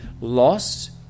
lost